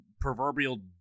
proverbial